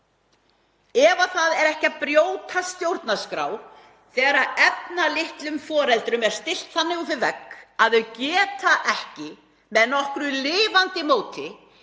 Ef það er ekki að brjóta stjórnarskrá þegar efnalitlum foreldrum er stillt þannig upp við vegg að þeir geta ekki með nokkru lifandi móti